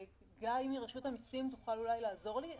גיא מרשות המסים, תוכל אולי לעזור לי?